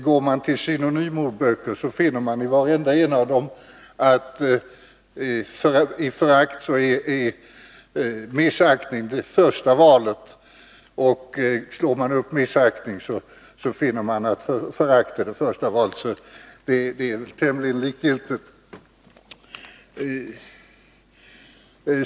Går man till synonymordböcker finner man att när det gäller ordet förakt är missaktning den först valda synonymen, och slår man upp ordet missaktning finner man att förakt står som första synonym, så det är tämligen likgiltigt.